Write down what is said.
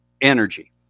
energy